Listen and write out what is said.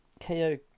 KO